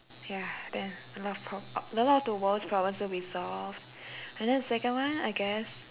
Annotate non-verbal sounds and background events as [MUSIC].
ya then a lot of pro~ [NOISE] a lot of the world's problems will be solved [BREATH] and then the second one I guess